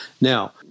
Now